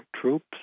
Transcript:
troops